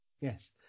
Yes